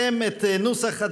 להיות.